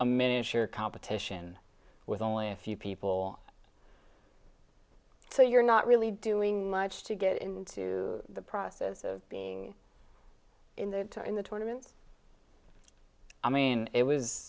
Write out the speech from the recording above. a miniature competition with only a few people so you're not really doing much to get into the process of being in the in the tournament i mean it was